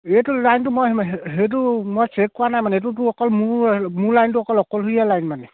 এইটো লাইনটো মই সেইটো মই চেক কৰা নাই মানে এইটোতো অকল মোৰ মোৰ লাইনটো অকল অকলশীয়া লাইন মানে